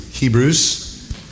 Hebrews